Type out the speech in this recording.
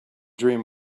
dream